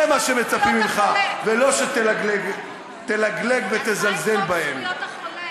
זה מה שמצפים ממך, ולא שתלגלג ותזלזל בהם.